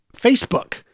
Facebook